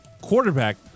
quarterback